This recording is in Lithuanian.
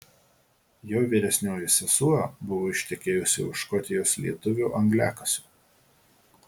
jo vyresnioji sesuo buvo ištekėjusi už škotijos lietuvio angliakasio